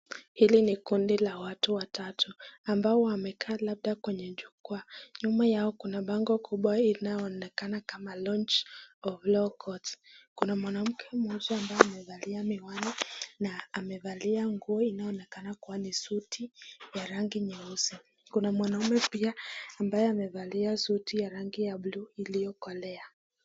Hili ni kundi la watu watatu, ambao wamekaa labda kwenye jukwaa. Nyuma yao kuna bango kubwa linaonekana kama launch of law court. Kuna mwanamke mmoja ambaye amevalia miwani na amevalia nguo inayoonekana kuwa ni suti ya rangi nyeusi. Kuna mwanaume pia ambaye amevalia suti ya rangi ya blue iliyokolea.